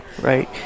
right